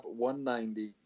190